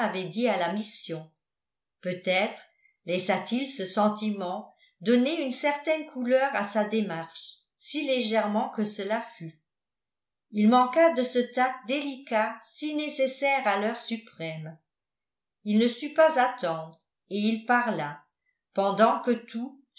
à la mission peut-être laissa-t-il ce sentiment donner une certaine couleur à sa démarche si légèrement que cela fût il manqua de ce tact délicat si nécessaire à l'heure suprême il ne sut pas attendre et il parla pendant que tout